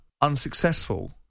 unsuccessful